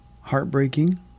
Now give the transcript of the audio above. heartbreaking